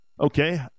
Okay